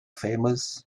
famous